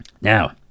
Now